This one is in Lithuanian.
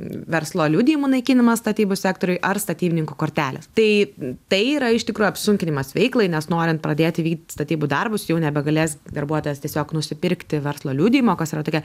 verslo liudijimų naikinimą statybų sektoriuj ar statybininkų korteles tai tai yra iš tikrųjų apsunkinimas veiklai nes norint pradėti vykdyti statybų darbus jau nebegalės darbuotojas tiesiog nusipirkti verslo liudijimo kas yra tokia